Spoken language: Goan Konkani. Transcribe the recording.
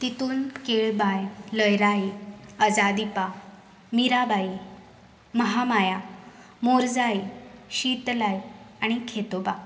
तितुन केळबाय लयराई अंजादीपा मिराबाई महामाया मोरजाई शितलाई आनी खेतोबा